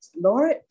Lord